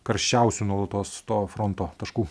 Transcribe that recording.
karščiausių nuolatos to fronto taškų